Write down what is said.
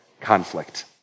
conflict